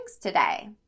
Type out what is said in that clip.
today